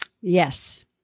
Yes